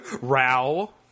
Row